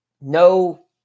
no